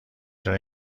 چرا